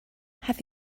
have